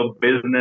business